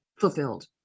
fulfilled